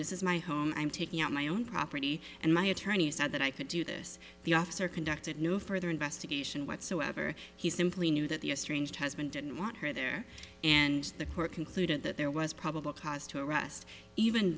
this is my home i'm taking out my own property and my attorney said that i could do this the officer conducted no further investigation whatsoever he simply knew that the estranged husband didn't want her there and the court concluded that there was probable cause to arrest even